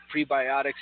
prebiotics